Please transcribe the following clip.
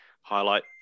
highlight